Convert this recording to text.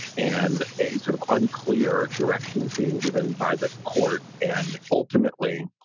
and it is sort of unclear directions being given by the court. and ultimately,